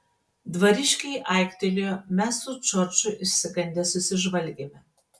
dvariškiai aiktelėjo mes su džordžu išsigandę susižvalgėme